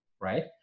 right